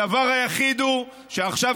הדבר היחיד הוא שעכשיו,